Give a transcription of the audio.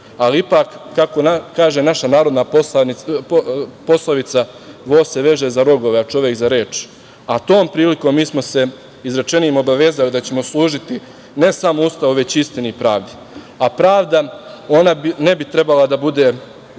ali ipak, kako kaže naša narodna poslovica – vo se veže za rogove, a čovek za reč. Tom prilikom mi smo se izrečenim obavezali da ćemo služiti ne samo Ustavu, već i istini i pravdi. A pravda, ona ne bi trebalo da bude